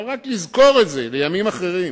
אבל צריך רק לזכור את זה לימים אחרים.